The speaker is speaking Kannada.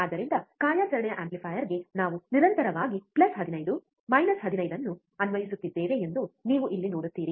ಆದ್ದರಿಂದ ಕಾರ್ಯಾಚರಣೆಯ ಆಂಪ್ಲಿಫೈಯರ್ಗೆ ನಾವು ನಿರಂತರವಾಗಿ ಪ್ಲಸ್ 15 ಮೈನಸ್ 15 ಅನ್ನು ಅನ್ವಯಿಸುತ್ತಿದ್ದೇವೆ ಎಂದು ನೀವು ಇಲ್ಲಿ ನೋಡುತ್ತೀರಿ